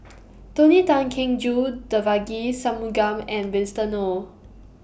Tony Tan Keng Joo Devagi Sanmugam and Winston Oh